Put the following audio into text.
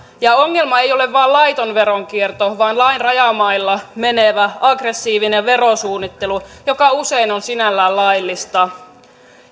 ongelma ei ole vain laiton veronkierto vaan lain rajamailla menevä aggressiivinen verosuunnittelu joka usein on sinällään laillista